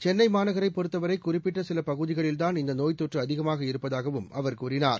சென்னை மாநகரைப் பொறுத்தவரை குறிப்பிட்ட சில பகுதிகளில்தான் இந்த நோய்த்தொற்று அதிகமாக இருப்பதாகவும் அவர் கூறினார்